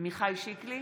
עמיחי שיקלי,